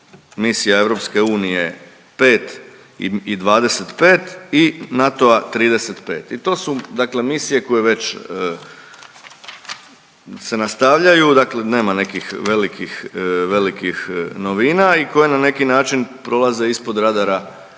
misija EU 5 i 25 i NATO-a 35 i to su dakle misije koje već se nastavljaju, dakle nema nekih velikih, velikih novina i koje na neki način prolaze ispod radara i